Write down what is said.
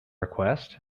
request